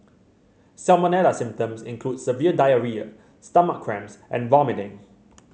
salmonella symptoms include severe diarrhoea stomach cramps and vomiting